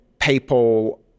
people